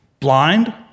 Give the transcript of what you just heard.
Blind